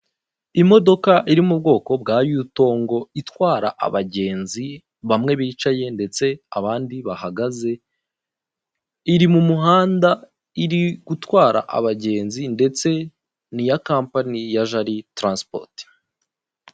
Imodoka iri mu bwoko bwa yutongo itwara abagenzi, bamwe bicaye ndetse abandi bahagaze, iri mu muhanda iri gutwara abagenzi, ndetse n'iya kampani ya jari taransipoti.